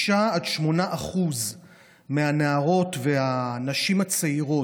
6% 8% מהנערות והנשים הצעירות,